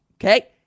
Okay